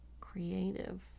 creative